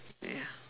ya